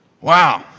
Wow